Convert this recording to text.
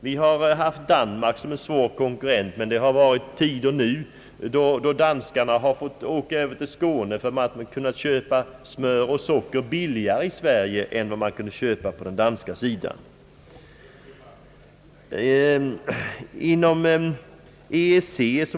Vi har haft Danmark som en svår konkurrent, men nu har det varit tider då danskarna har fått åka över till Skåne för att kunna köpa smör och socker billigare än på den danska sidan.